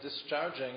discharging